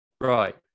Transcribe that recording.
Right